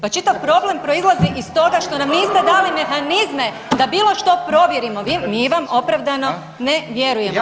Pa čitav problem proizlazi iz toga što nam niste dali mehanizme da bilo što provjerimo, mi vam opravdano ne vjerujemo.